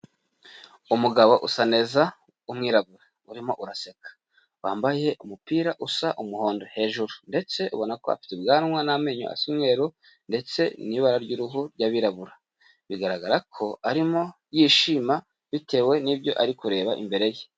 Umugabo usa neza w'umwirabura urimo uraseka, wambaye umupira usa umuhondo hejuru ndetse ubona afite ubwanwa n'amenyo asa umweru ndetse n'ibara ry'uruhu ry'abirabura, bigaragara ko arimo yishima bitewe n'ibyo ari kureba imbere ye.